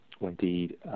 Indeed